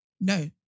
no